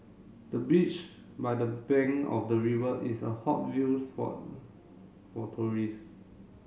the beach by the bank of the river is a hot view spot for tourists